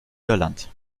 irland